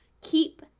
keep